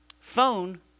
phone